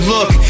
Look